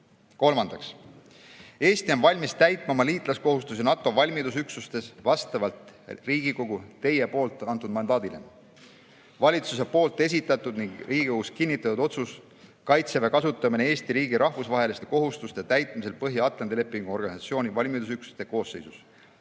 Kolmandaks. Eesti on valmis täitma oma liitlaskohustusi NATO valmidusüksustes vastavalt Riigikogu ehk teie poolt antud mandaadile. Valitsuse poolt esitatud ning Riigikogus kinnitatud otsus "Kaitseväe kasutamine Eesti riigi rahvusvaheliste kohustuste täitmisel Põhja-Atlandi Lepingu Organisatsiooni valmidusüksuste koosseisus"